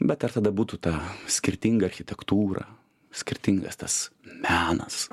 bet ar tada būtų ta skirtinga architektūra skirtingas tas menas